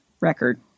record